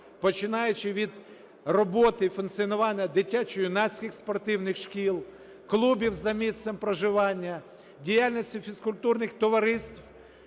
починаючи від роботи, функціонування дитячо-юнацьких спортивних шкіл, клубів за місцем проживання, діяльності фізкультурних товариств,